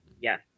Yes